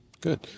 Good